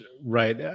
right